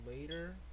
later